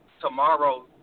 tomorrow